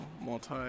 multi-